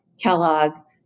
Kellogg's